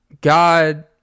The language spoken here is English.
God